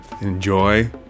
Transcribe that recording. enjoy